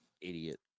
idiot